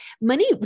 money